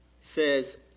says